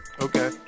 Okay